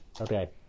Okay